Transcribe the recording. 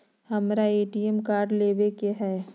हमारा ATM card लेव के हई